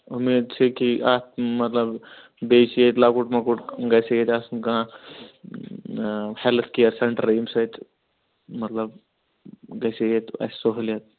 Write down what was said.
امید چھِ کہ اتھ مَطلَب بیٚیہِ چھُ ییٚتہ لۄکُٹ مۄکُٹ گَژھِ ییٚتہِ آسُن کانٛہہ ہیٚلتھ کیر سیٚنٹر یمہ سۭتۍ مَطلَب گَژھِ ییٚتہِ اسہِ سُہولیت